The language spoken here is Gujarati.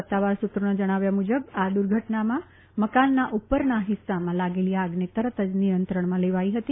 સત્તાવાર સુત્રોના જણાવ્યા મુજબ આ દુર્ઘટનામાં મકાનના ઉપરના હિસ્સામાં લાગેલી આગને તરત જ નિયંત્રણમાં લેવાઇ હતી